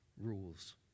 rules